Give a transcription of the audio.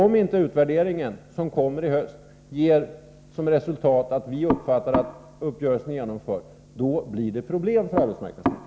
Om inte utvärderingen, som kommer i höst, ger som resultat att uppgörelsen, såsom vi uppfattade den, har genomförts, blir det problem för arbetsmarknadsministern.